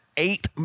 eight